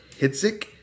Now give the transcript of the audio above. Hitzik